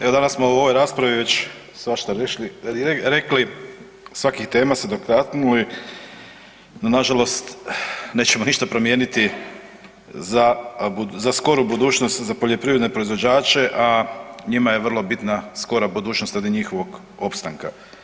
Evo danas smo u ovoj raspravi već svašta rekli, svakih tema se dotaknuli, no nažalost nećemo ništa promijeniti za skoru budućnost za poljoprivredne proizvođače, a njima je vrlo bitna skora budućnost radi njihovog opstanka.